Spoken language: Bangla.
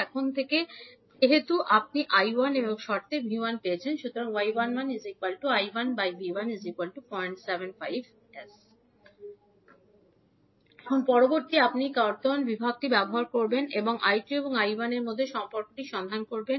এখন থেকে যেহেতু আপনি 𝐈1 এর শর্তে 𝐕1 এর মান পেয়েছেন এখন পরবর্তী আপনি বর্তমান বিভাগটি ব্যবহার করবেন এবং 𝐈2 এবং 𝐈1 এর মধ্যে সম্পর্কটি সন্ধান করবেন